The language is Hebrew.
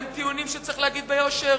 הם טיעונים שצריך להגיד ביושר,